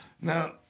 Now